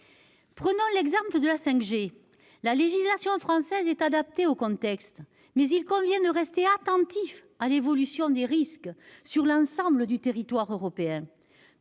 Prenons l'exemple de la 5G. La législation française est adaptée au contexte, mais il convient de rester attentif à l'évolution des risques sur l'ensemble du territoire européen.